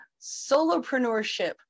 solopreneurship